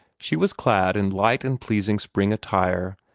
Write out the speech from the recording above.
she was clad in light and pleasing spring attire,